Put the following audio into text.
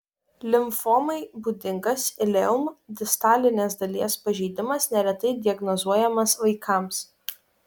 limfomai būdingas ileum distalinės dalies pažeidimas neretai diagnozuojamas vaikams